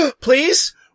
Please